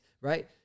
Right